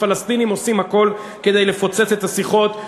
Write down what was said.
הפלסטינים עושים הכול כדי לפוצץ את השיחות.